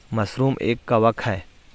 mushroom एक कवक है